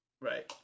Right